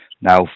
now